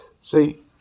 See